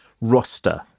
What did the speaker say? roster